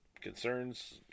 concerns